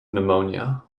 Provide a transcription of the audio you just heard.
pneumonia